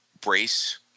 brace